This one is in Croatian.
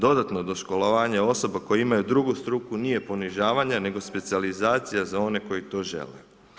Dodatno doškolovanje osoba koje imaju drugu struku nije ponižavanje, nego specijalizacije za one koji to žele.